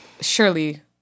surely